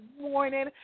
morning